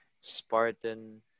Spartan